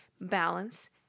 Balance